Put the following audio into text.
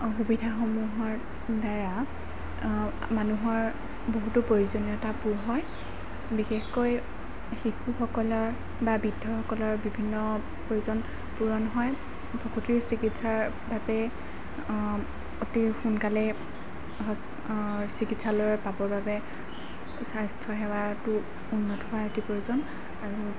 অসুবিধাসমূহৰ দ্বাৰা মানুহৰ বহুতো প্ৰয়োজনীয়তা পূৰ হয় বিশেষকৈ শিশুসকলৰ বা বৃদ্ধসকলৰ বিভিন্ন প্ৰয়োজন পূৰণ হয় প্ৰসূতিৰ চিকিৎসাৰ বাবে অতি সোনকালে চিকিৎসালয় পাবৰ বাবে স্বাস্থ্য সেৱাটো উন্নত হোৱাৰ অতি প্ৰয়োজন আৰু